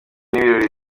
n’ibirori